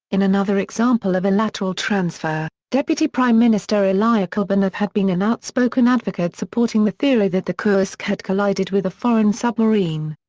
in another example of a lateral transfer, deputy prime minister ilya klebanov had been an outspoken advocate supporting the theory that the kursk had collided with a foreign submarine.